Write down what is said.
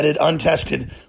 untested